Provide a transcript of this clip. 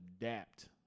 adapt